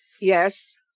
Yes